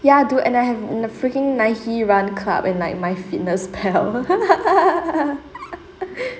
ya dude and I have th~ freaking nike run club and like my fitness pal